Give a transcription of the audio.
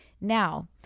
Now